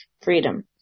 freedom